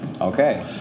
Okay